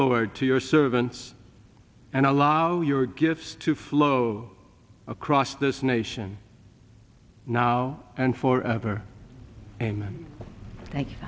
lower to your servants and allow your gifts to flow across this nation now and for ever amen thank you